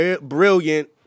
brilliant